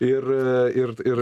ir ir ir